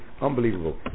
unbelievable